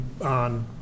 on